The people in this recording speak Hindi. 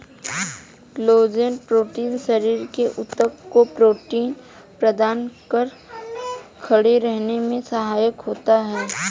कोलेजन प्रोटीन शरीर के ऊतक को प्रोटीन प्रदान कर खड़े रहने में सहायक होता है